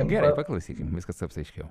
gerai paklausykim viskas taps aiškiau